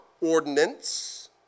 ordinance